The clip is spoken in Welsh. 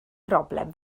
broblem